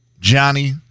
Johnny